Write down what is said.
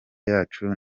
yacu